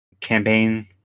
campaign